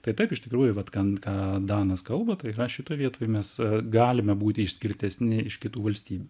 tai taip iš tikrųjų vat kan ką danas kalba tai na šitoj vietoj mes galime būti išskirtesni iš kitų valstybių